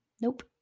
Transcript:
Nope